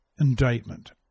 indictment